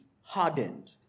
hardened